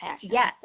Yes